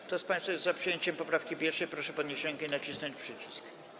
Kto z państwa jest za przyjęciem poprawki 1., proszę podnieść rękę i nacisnąć przycisk.